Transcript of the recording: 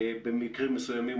במקרים מסוימים,